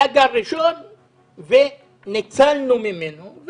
היה גל ראשון וניצלנו ממנו.